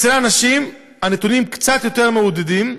אצל הנשים הנתונים קצת יותר מעודדים,